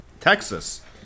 Texas